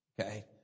okay